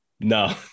No